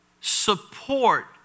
support